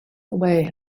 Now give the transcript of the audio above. away